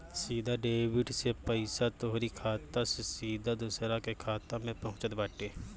सीधा डेबिट से पईसा तोहरी खाता से सीधा दूसरा के खाता में पहुँचत बाटे